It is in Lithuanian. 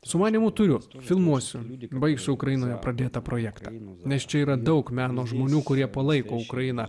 sumanymų turiu filmuosiu liūdi baigsiu ukrainoje pradėtą projektą einu nes čia yra daug meno žmonių kurie palaiko ukrainą